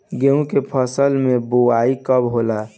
गेहूं के फसल के बोआई कब होला?